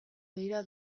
dira